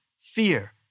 fear